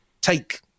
take